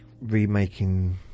remaking